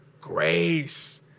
Grace